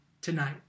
tonight